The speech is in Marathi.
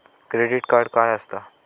क्रेडिट कार्ड काय असता?